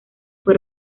fue